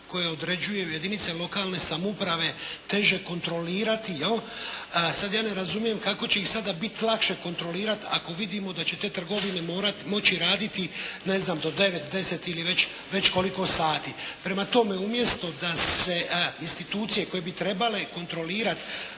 koje određuju jedinice lokalne samouprave teže kontrolirati, je li? Sada ja ne razumijem kako će ih sada biti lakše kontrolirati ako vidimo da će te trgovine moći raditi, ne znam do 9, 10 ili već koliko sati. Prema tome, umjesto da se institucije koje bi trebale kontrolirati